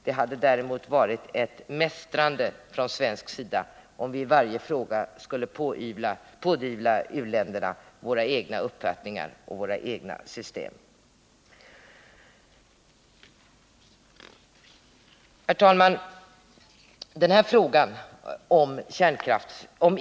Det hade däremot varit ett mästrande från svensk sida, om vi i varje fråga skulle pådyvla u-länderna våra egna uppfattningar och våra egna system. Herr talman!